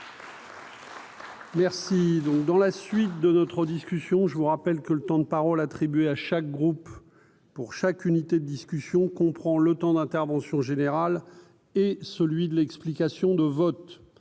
Merci donc dans la suite de notre discussion, je vous rappelle que le temps de parole attribués à chaque groupe pour chaque unité discussion qu'on prend le temps d'intervention général et celui de l'explication de vote